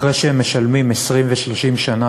אחרי שהם משלמים 20 ו-30 שנה,